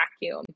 vacuum